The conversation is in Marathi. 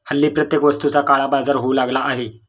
हल्ली प्रत्येक वस्तूचा काळाबाजार होऊ लागला आहे